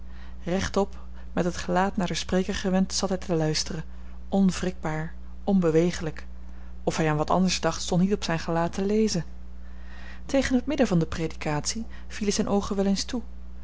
rechtop met het gelaat naar den spreker gewend zat hij te luisteren onwrikbaar onbewegelijk of hij aan wat anders dacht stond niet op zijn gelaat te lezen tegen het midden van de predikatie vielen zijn oogen wel eens toe